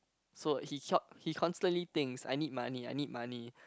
so he cured he constantly thinks I need money I need money